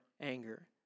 anger